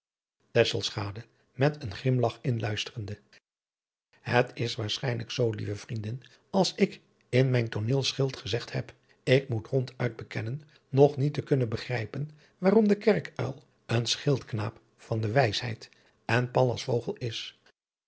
met een grimlach inluisterende het is waarlijk zoo lieve vriendin als ik in mijn tooneelschild gezegd heb ik moet ronduit bekennen nog niet te kunnen begrijpen waarom de kerkuil een schildknaap van de wijsheid en pallas vogel is